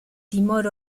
timor